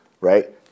Right